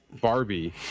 Barbie